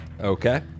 Okay